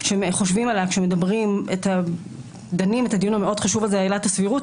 כשחושבים עליה כשדנים בדיון המאוד חשוב הזה על עילת הסבירות,